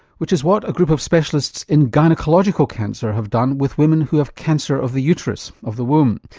which is what a group of specialists in gynaecological cancer have done with women who have cancer of the uterus, of the womb.